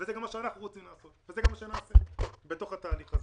זה גם מה שאנחנו רוצים לעשות וזה גם מה שנעשה בתוך התהליך הזה.